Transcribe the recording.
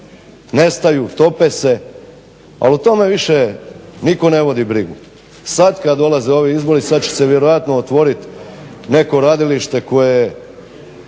nestaju, tope se ali o tome više nitko ne vodi brigu. Sad kad dolaze ovi izbori sad će se vjerojatno otvoriti neko radilište koje